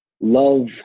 love